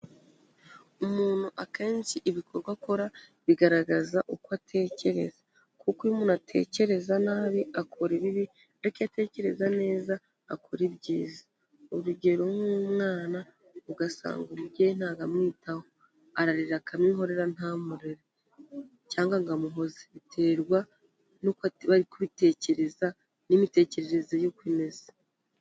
Umuntu akenshi ibikorwa akora bigaragaza uko atekereza. Kuko iyo umuntu atekereza nabi akora ibibi, ndetse iyo atekereza neza akora ibyiza. Urugero nk'umwana ugasanga umubyeyi ntabwo amwitaho, ararira akamwihorera ntamurere, cyangwa ngo amuhoze. Biterwa n'uko aba ari kubitekereza n'imitekerereze ye uko imeze.